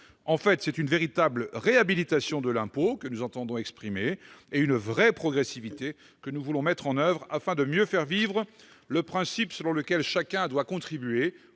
En fait, c'est une véritable réhabilitation de l'impôt que nous entendons exprimer et une vraie progressivité que nous voulons mettre en oeuvre, afin de mieux faire vivre le principe selon lequel chacun doit contribuer